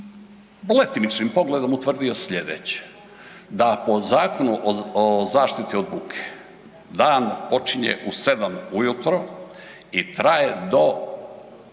letimičnim pogledom utvrdio sljedeće, da po Zakonu o zaštiti od buke dan počinje u 7 ujutro i traje do